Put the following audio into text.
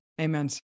Amen